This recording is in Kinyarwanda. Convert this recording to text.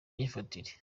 myifatire